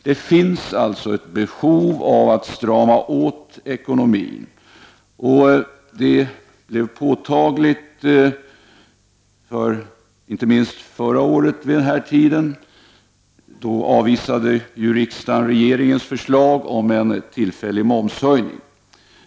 Det finns alltså ett behov av att strama åt ekonomin. Förra året vid denna tid avvisade riksdagen regeringens förslag om en tillfällig momshöjning.